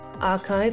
Archives